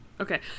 Okay